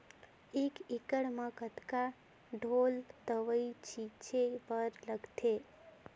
एक एकड़ म कतका ढोल दवई छीचे बर लगथे?